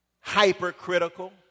hypercritical